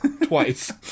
twice